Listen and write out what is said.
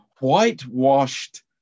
whitewashed